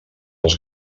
als